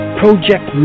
project